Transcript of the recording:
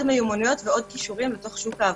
מיומנויות ועוד כישורים בתוך שוק העבודה.